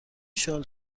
شال